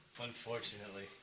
Unfortunately